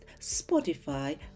Spotify